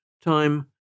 Time